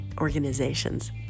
organizations